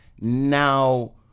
now